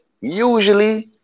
Usually